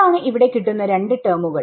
ഇതാണ് ഇവിടെ കിട്ടുന്ന 2 ടെർമുകൾ